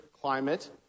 climate